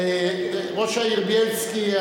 ראש העיר בילסקי,